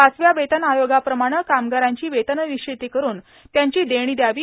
पाचव्या वेतन आयोगाप्रमाणं कामगारांची वेतननिश्चिती कठन त्यांची देणी द्यावी